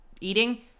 eating